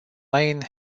elaine